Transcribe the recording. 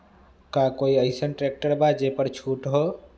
का कोइ अईसन ट्रैक्टर बा जे पर छूट हो?